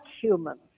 humans